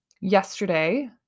Yesterday